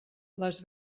les